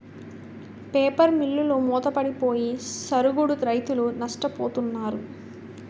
paper మిల్లులు మూతపడిపోయి సరుగుడు రైతులు నష్టపోతున్నారు